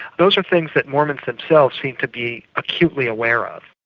those are things that mormons themselves seem to be acutely aware of.